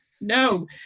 no